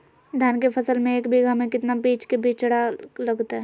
धान के फसल में एक बीघा में कितना बीज के बिचड़ा लगतय?